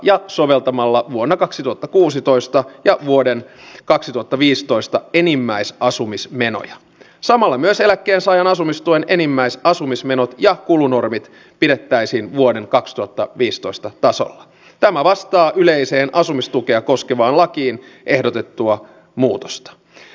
littyen sellaiseen rasismiin joka on kantaväestön rasismia maahanmuuttajia kohtaan mutta myös liittyen tähän ilmiöön mistä täällä moni edustaja on puhunut että maahanmuuttajat eivät kunnioita meidän tapojamme